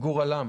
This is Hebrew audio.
גורלם